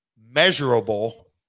measurable